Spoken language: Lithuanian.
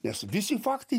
nes visi faktai